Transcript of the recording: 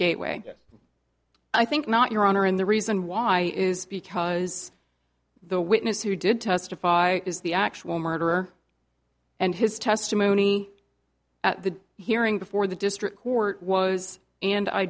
gate way yes i think not your honor and the reason why is because the witness who did testify is the actual murderer and his testimony at the hearing before the district court was and i